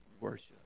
Worship